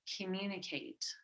communicate